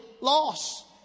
loss